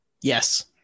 yes